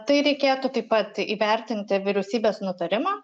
tai reikėtų taip pat įvertinti vyriausybės nutarimą